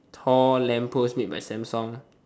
tall lamp post made by Samsung